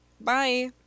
Bye